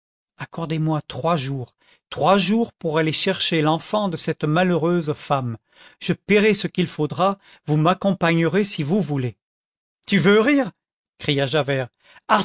accordez-moi trois jours trois jours pour aller chercher l'enfant de cette malheureuse femme je payerai ce qu'il faudra vous m'accompagnerez si vous voulez tu veux rire cria javert